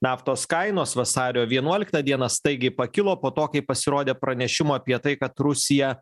naftos kainos vasario vienuoliktą dieną staigiai pakilo po to kai pasirodė pranešimų apie tai kad rusija